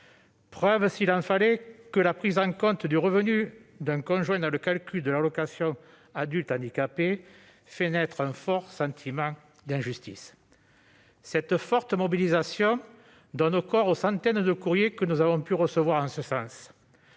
preuve, s'il en fallait, que la prise en compte du revenu d'un conjoint dans le calcul de l'AAH fait naître un fort sentiment d'injustice. Cette forte mobilisation donne corps aux centaines de courriers que nous avons pu recevoir en ce sens.